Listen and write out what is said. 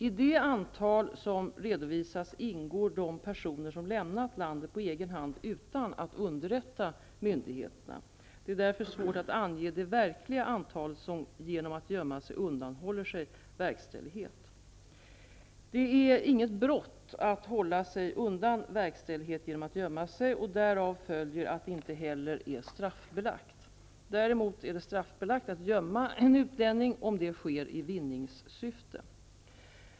I det antal som redovisas ingår de personer som lämnat landet på egen hand utan att underrätta myndigheterna. Det är därför svårt att ange det verkliga antalet som genom att gömma sig undanhåller sig verkställighet. Det är inget brott att hålla sig undan verkställighet genom att gömma sig, därav följer att det inte heller är straffbelagt. Däremot är det straffbelagt att gömma en utlänning om det sker i vinningssyfte.